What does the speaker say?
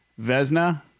Vesna